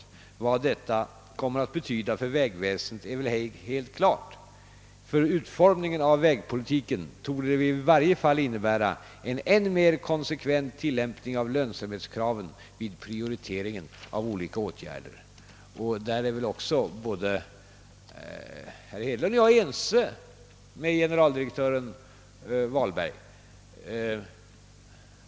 Han ansåg att det torde vara helt klart vad detta kommer att betyda för vägväsendet och yttrade vidare, att det i varje fall för utformningen av vägpolitiken torde innebära en ännu mer konsekvent tillämpning av lönsamhetskraven vid prioriteringen av olika åtgärder. Härom är väl både herr Hedlund och jag ense med generaldirektör Vahlberg.